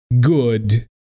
good